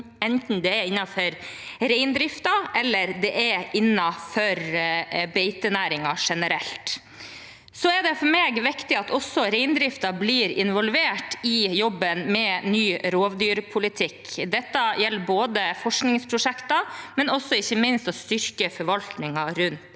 enten det er innenfor reindriften eller innenfor beitenæringen generelt. Det er viktig for meg at også reindriftsnæringen blir involvert i jobben med ny rovdyrpolitikk. Dette gjelder både forskningsprosjekter og ikke minst å styrke forvaltningen rundt